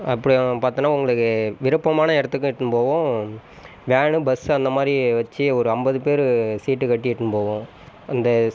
அப்படி பார்த்தீங்கனா உங்களுக்கு விருப்பமான இடத்துக்கும் இட்டுன்னு போவோம் வேன் பஸ் அந்த மாதிரி வச்சு ஒரு ஐம்பது பேர் சீட்டு கட்டி இட்டுன்னு போவோம் அந்த